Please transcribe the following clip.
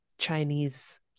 chinese